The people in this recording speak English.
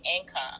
income